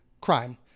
crime